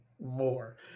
more